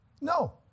No